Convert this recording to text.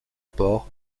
pores